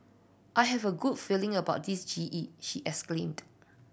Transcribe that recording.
I have a good feeling about this G E she exclaimed